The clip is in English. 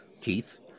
Keith